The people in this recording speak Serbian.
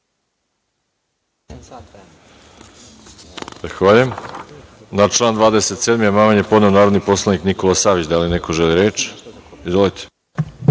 (Ne.)Na član 32. amandman je podneo narodni poslanik Nikola Savić. Da li neko želi reč? Izvolite.